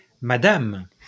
madame